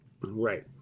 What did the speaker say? right